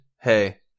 Hey